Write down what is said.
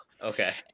okay